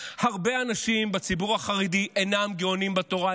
הרבה אנשים בציבור החרדי אינם גאונים בתורה.